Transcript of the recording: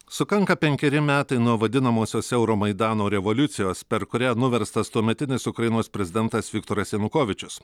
sukanka penkeri metai nuo vadinamosios euromaidano revoliucijos per kurią nuverstas tuometinis ukrainos prezidentas viktoras janukovyčius